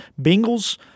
Bengals